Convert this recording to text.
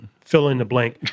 fill-in-the-blank